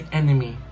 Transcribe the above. enemy